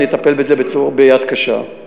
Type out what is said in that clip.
נטפל בזה ביד קשה.